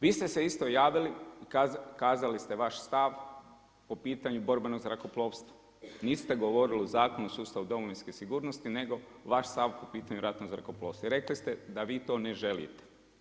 Vi ste se isto javili i kazali ste vaš stav po pitanju borbenog zrakoplovstva, niste govoriti o Zakonu o sustavu domovinske sigurnosti nego vaš stav po pitanju ratnog zrakoplovstva i rekli ste da vi to ne želite.